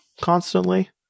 constantly